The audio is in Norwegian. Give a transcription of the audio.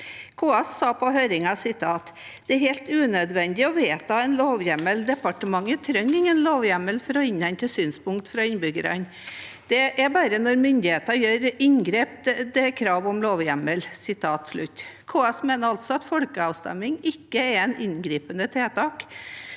KS sa på høringen at det er helt unødvendig å vedta en lovhjemmel, at departementet ikke trenger noen lovhjemmel for å innhente synspunkter fra innbyggerne, og at det bare er når myndighetene gjør inngrep at det er krav om lovhjemmel. KS mener altså at folkeavstemning ikke er et inngripende tiltak